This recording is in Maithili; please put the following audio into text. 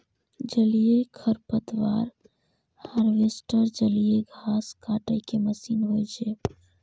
जलीय खरपतवार हार्वेस्टर जलीय घास काटै के मशीन होइ छै